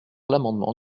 l’amendement